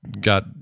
got